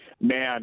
Man